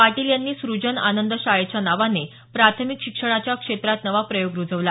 पाटील यांनी सुजन आनंद शाळेच्या नावाने प्राथमिक शिक्षणाच्या क्षेत्रात नवा प्रयोग रुजवला